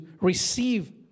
receive